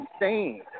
insane